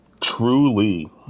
Truly